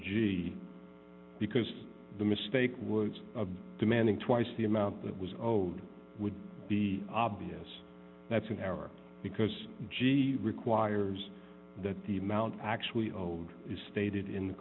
g because the mistake was a demanding twice the amount that was owed would be obvious that's an error because g requires that the amount actually old is stated in the